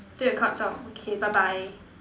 take the card zao K bye bye